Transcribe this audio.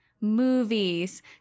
Movies